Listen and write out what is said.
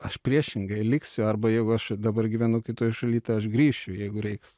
aš priešingai liksiu arba jeigu aš čia dabar gyvenu kitoj šaly tai aš grįšiu jeigu reiks